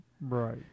Right